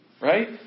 Right